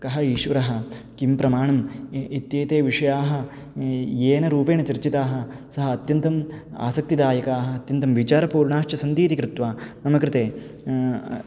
कः ईश्वरः किं प्रमाणम् इत्येते विषयाः येन रूपेण चर्चिताः सः अत्यन्तम् आसक्तिदायकाः अत्यन्तं विचारपूर्णाश्च सन्ति इति कृत्वा मम कृते